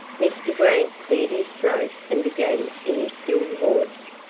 mr. grant cleared his throat and began in his still voice.